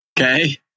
Okay